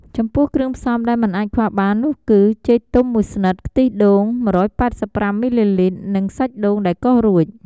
ចំពោះគ្រឿងផ្សំដែលមិនអាចខ្វះបាននោះគឺ ចេកទុំមួយស្និត ខ្ទិះដូង ១៨៥ មីលីលីត្រ និងសាច់ដូងដែលកោសរួច ។